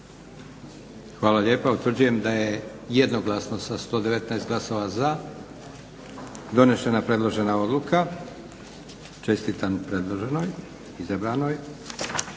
Hvala lijepa. Utvrđujem da je jednoglasno sa 119 glasova za donesena predložena odluka. Čestitam izabranoj.